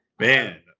man